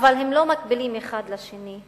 אבל הם לא מקבילים אחד לשני.